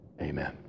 Amen